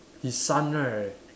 his son right